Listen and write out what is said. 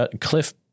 Cliff